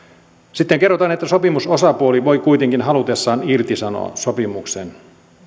sitten kerrotaan että sopimusosapuoli voi kuitenkin halutessaan irtisanoa sopimuksen